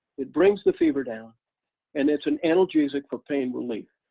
it brings the fever down and it's an analgesic for pain relief.